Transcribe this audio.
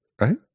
right